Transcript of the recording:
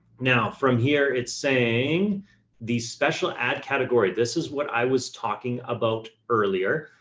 now from here, it's saying these special ad category, this is what i was talking about earlier.